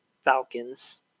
Falcons